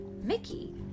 Mickey